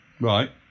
Right